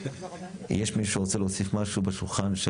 יש מישהו שרוצה להוסיף משהו בשולחן?